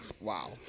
Wow